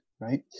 right